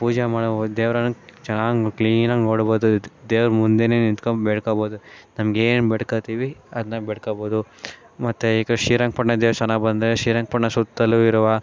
ಪೂಜೆ ಮಾಡೋ ದೇವ್ರನ್ನ ಚೆನ್ನಾಗಿ ಕ್ಲೀನಾಗಿ ನೋಡ್ಬೋದು ದೇವ್ರ ಮುಂದೆಯೇ ನಿಂತ್ಕೊಂಡ್ ಬೇಡ್ಕೊಳ್ಬೋದು ನಮ್ಗೇನು ಬೇಡ್ಕೊಳ್ತೀವಿ ಅದನ್ನ ಬೇಡ್ಕೊಳ್ಬೋದು ಮತ್ತು ಈಗ ಶ್ರೀರಂಗಪಟ್ಟಣ ದೇವಸ್ಥಾನಕ್ಕೆ ಬಂದರೆ ಶ್ರೀರಂಗಪಟ್ಣ ಸುತ್ತಲೂ ಇರುವ